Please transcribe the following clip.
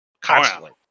Constantly